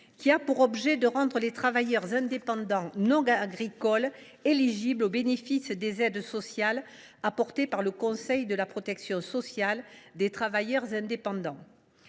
qui a pour objet de rendre les travailleurs indépendants non agricoles éligibles au bénéfice des aides sociales apportées par le Conseil de la protection sociale des travailleurs indépendants